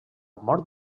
mort